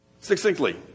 succinctly